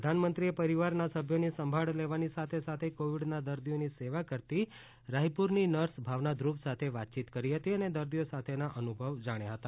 પ્રધાનમંત્રીએ પરિવારના સભ્યોની સંભાળ લેવાની સાથે સાથે કોવીડના દર્દીઓની સેવા કરતી રાયપુરની નર્સ ભાવના ધૂવ સાથે વાતચીત કરી અને દર્દીઓ સાથેના અનુભવો જાણ્યા હતા